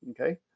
okay